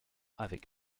avec